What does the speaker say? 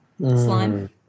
Slime